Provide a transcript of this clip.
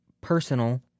personal